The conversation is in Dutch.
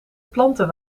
planten